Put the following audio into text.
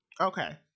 Okay